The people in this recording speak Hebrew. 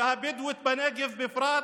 והבדואית בנגב בפרט,